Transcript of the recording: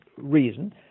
reason